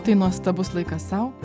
tai nuostabus laikas sau